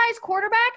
quarterback